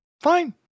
fine